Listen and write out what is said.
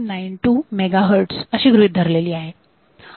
0592 megahertz अशी गृहीत धरली आहे